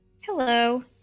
Hello